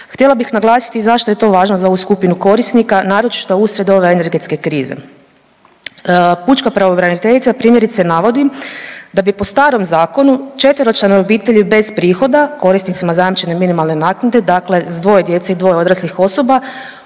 Htjela bih naglasiti i zašto je to važno za ovu skupinu korisnika naročito uslijed ove energetske krize. Pučka pravobraniteljica primjerice navodi da bi po starom zakonu četveročlanoj obitelji bez prihoda korisnicima zajamčene minimalne naknade dakle s dvoje djece i dvoje odraslih osoba